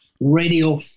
radio